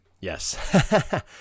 Yes